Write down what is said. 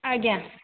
ଆଜ୍ଞା